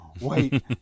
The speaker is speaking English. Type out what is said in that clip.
wait